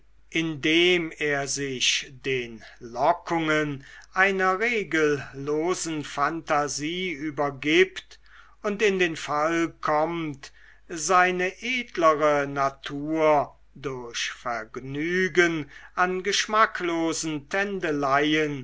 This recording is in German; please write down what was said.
indem er sich den lockungen einer regellosen phantasie übergibt und in den fall kommt seine edlere natur durch vergnügen an geschmacklosen